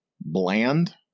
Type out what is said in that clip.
Bland